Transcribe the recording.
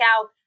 out